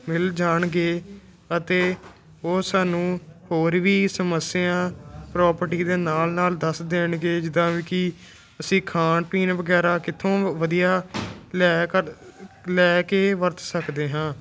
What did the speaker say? ਮਿਲ ਜਾਣਗੇ ਅਤੇ ਉਹ ਸਾਨੂੰ ਹੋਰ ਵੀ ਸਮੱਸਿਆ ਪ੍ਰੋਪਰਟੀ ਦੇ ਨਾਲ ਨਾਲ ਦੱਸ ਦੇਣਗੇ ਜਿੱਦਾਂ ਕਿ ਅਸੀਂ ਖਾਣ ਪੀਣ ਵਗੈਰਾ ਕਿੱਥੋਂ ਵਧੀਆ ਲਿਆ ਕਰ ਲਿਆ ਕ ਲੈ ਕੇ ਵਰਤ ਸਕਦੇ ਹਾਂ